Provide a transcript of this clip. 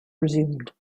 resumed